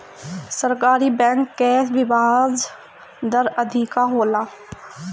सरकारी बैंक कअ बियाज दर अधिका होला